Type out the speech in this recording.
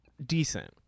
decent